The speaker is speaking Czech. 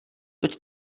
toť